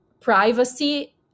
privacy